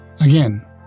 again